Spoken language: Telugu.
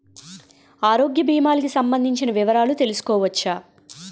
ఆరోగ్య భీమాలకి సంబందించిన వివరాలు తెలుసుకోవచ్చా?